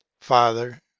Father